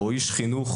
או איש חינוך,